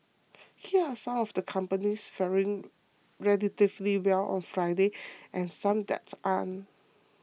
here are some of the companies faring relatively well on Friday and some that aren't